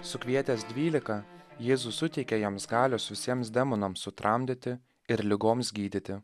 sukvietęs dvylika jėzus suteikia jiems galios visiems demonams sutramdyti ir ligoms gydyti